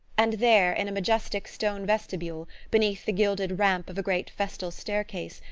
and there, in a majestic stone vestibule, beneath the gilded ramp of a great festal staircase,